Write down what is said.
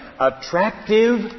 Attractive